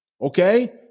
Okay